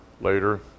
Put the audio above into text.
later